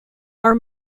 our